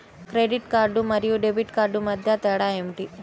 Credit card మరియు debit card మధ్య తేడా ఏమిటి?